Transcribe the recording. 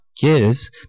gives